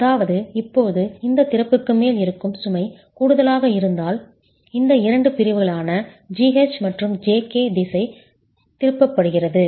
அதாவது இப்போது இந்த திறப்புக்கு மேல் இருக்கும் சுமை கூடுதலாக இந்த இரண்டு பிரிவுகளான GH மற்றும் JK க்கு திசை திருப்பப்படுகிறது